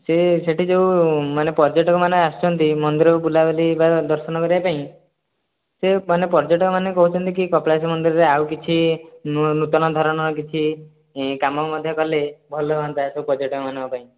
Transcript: ସେ ସେଇଠି ଯେଉଁ ମାନେ ପର୍ଯ୍ୟଟକମାନେ ଆସୁଛନ୍ତି ମନ୍ଦିରକୁ ବୁଲାବୁଲି ବା ଦର୍ଶନ କରିବା ପାଇଁ ସେ ମାନେ ପର୍ଯ୍ୟଟକମାନେ କହୁଛନ୍ତି କି କପିଳାସ ମନ୍ଦିରରେ ଆଉ କିଛି ନୂଆ ନୂତନ ଧରଣର କିଛି କାମ ମଧ୍ୟ କଲେ ଭଲ ହୁଅନ୍ତା ସବୁ ପର୍ଯ୍ୟଟକମାନଙ୍କ ପାଇଁ